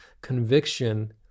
conviction